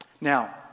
Now